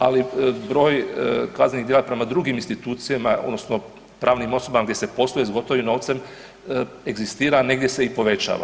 Ali broj kaznenih djela prema drugim institucijama, odnosno pravnim osobama gdje se posluje s gotovim novcem egzistira, a negdje se i povećava.